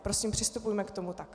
Prosím, přistupujme k tomu tak.